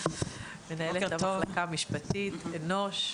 מנהלת המחלקה המשפטית, "אנוש".